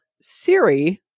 Siri